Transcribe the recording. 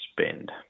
spend